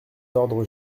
d’ordre